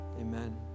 Amen